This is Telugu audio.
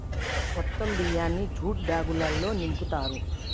మొత్తం బియ్యాన్ని జ్యూట్ బ్యాగులల్లో నింపుతారు